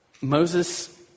Moses